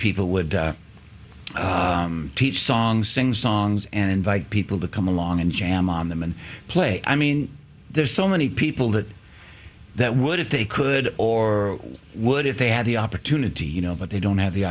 people would teach songs sings songs and invite people to come along and jam on them and play i mean there's so many people that that would if they could or would if they had the opportunity you know but they don't have the